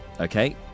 Okay